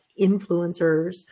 influencers